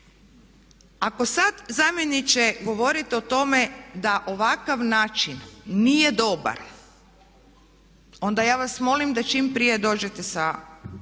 Ako sad zamjeniče govorite o tome da ovakav način nije dobar onda ja vas molim da čim prije dođete sa